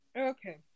Okay